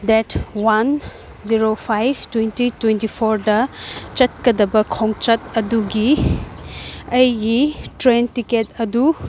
ꯗꯦꯗ one zero ꯐꯥꯏꯕ twenty twenty ꯐꯣꯔꯗ ꯆꯠꯀꯗꯕ ꯈꯣꯡꯆꯠ ꯑꯗꯨꯒꯤ ꯑꯩꯒꯤ ꯇ꯭ꯔꯦꯟ ꯇꯤꯀꯦꯠ ꯑꯗꯨ